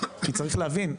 צריך להבין,